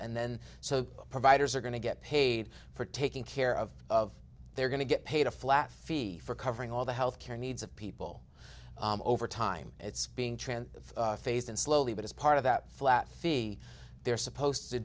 and then so providers are going to get paid for taking care of they're going to get paid a flat fee for covering all the health care needs of people over time it's being trans phased in slowly but as part of that flat fee they're supposed to